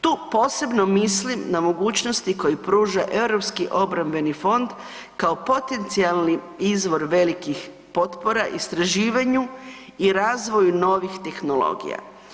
Tu posebno mislim na mogućnosti koje pruža Europski obrambeni fond kao potencijalni izvor velikih potpora istraživanju i razvoju novih tehnologija.